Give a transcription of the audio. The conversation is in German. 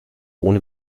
ohne